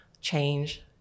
change